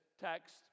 text